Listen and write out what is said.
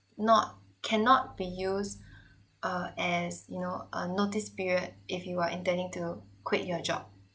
not cannot be used uh as you know a notice period if you are intending to quit your job